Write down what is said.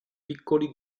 piccoli